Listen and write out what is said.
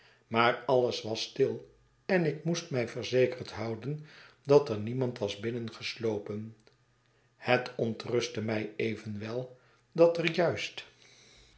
maar alles was stil en ik moest mij verzekerd houden dat er niemand was binnengeslopen het ontrustte mij evenwel dat er juist